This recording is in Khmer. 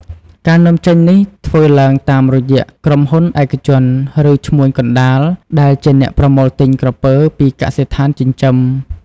ការនាំចេញនេះធ្វើឡើងតាមរយៈក្រុមហ៊ុនឯកជន ឬឈ្មួញកណ្ដាលដែលជាអ្នកប្រមូលទិញក្រពើពីកសិដ្ឋានចិញ្ចឹម។